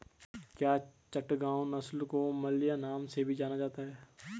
क्या चटगांव नस्ल को मलय नाम से भी जाना जाता है?